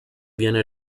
viene